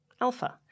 alpha